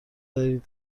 دارید